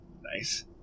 Nice